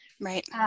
Right